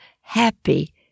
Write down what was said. happy